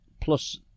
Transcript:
plus